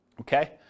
okay